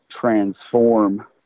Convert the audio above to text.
transform